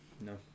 No